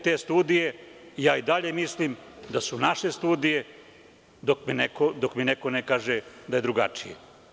Te studije, ja i dalje mislim da su naše studije dok mi neko ne kaže da je drugačije.